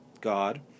God